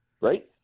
right